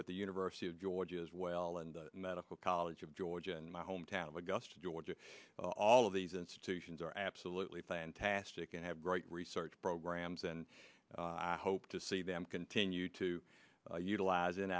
with the university of georgia as well and the medical college of georgia in my hometown of augusta georgia all of these institutions are absolutely fantastic and have great research programs and i hope to see them continue to utiliz